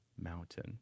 mountain